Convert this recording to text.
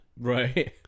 Right